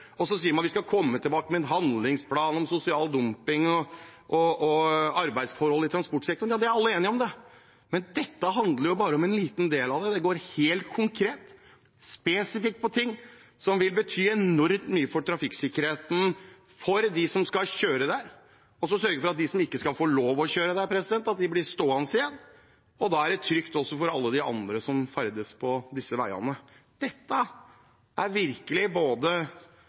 sier at man skal komme tilbake med en handlingsplan om sosial dumping og arbeidsforhold i transportsektoren. Ja, det er alle enige om, men dette handler jo bare om en liten del av det. Det går helt konkret og spesifikt på ting som vil bety enormt mye for trafikksikkerheten, for de som skal kjøre, og når det gjelder å sørge for at de som ikke skal få lov å kjøre, blir stående igjen. Da er det trygt også for alle de andre som ferdes på disse veiene. Dette er virkelig